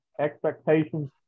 expectations